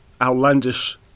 outlandish